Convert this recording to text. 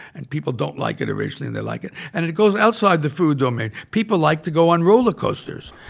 and people don't like it originally and they like it. and it it goes outside the food domain. people like to go on roller coasters.